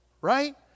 right